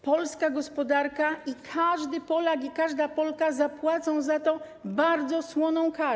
Polska gospodarka, każdy Polak i każda Polka zapłacą za to bardzo słoną karę.